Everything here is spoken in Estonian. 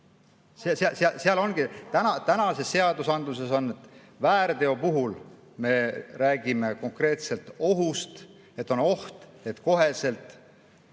sattumine. Tänases seadusandluses on nii, et väärteo puhul me räägime konkreetselt ohust – on oht, et koheselt